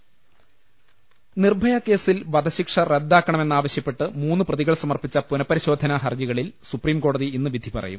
രുട്ട്ട്ട്ട്ട്ട്ട്ട്ട നിർഭയ കേസിൽ വധശിക്ഷ റദ്ദാക്കണമെന്നാവശ്യപ്പെട്ട് മൂന്ന് പ്രതികൾ സമർപ്പിച്ച പുനഃപരിശോധന ഹർജികളിൽ സുപ്രീം കോടതി ഇന്ന് വിധി പറ യും